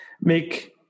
make